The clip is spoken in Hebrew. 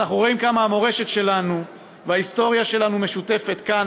אז אנחנו רואים כמה המורשת שלנו וההיסטוריה שלנו משותפות כאן,